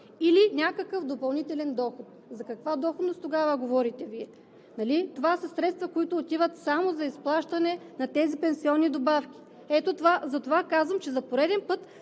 или някакъв допълнителен доход. За каква доходност тогава Вие говорите? Нали това са средства, които отиват само за изплащане на тези пенсионни добавки? Затова казвам, че за пореден път